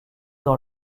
dans